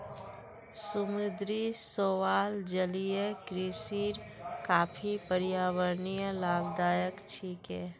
समुद्री शैवाल जलीय कृषिर काफी पर्यावरणीय लाभदायक छिके